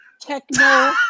Techno